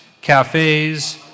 cafes